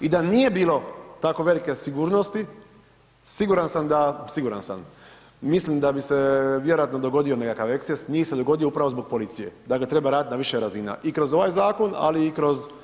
I da nije bilo tako velike sigurnosti, siguran sam da, siguran sam, mislim da bi se vjerojatno dogodio nekakav eksces, nije se dogodio upravo zbog policije, dakle treba radit na više razina i kroz ovaj zakon ali i kroz rad na terenu.